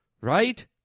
right